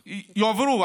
יועברו.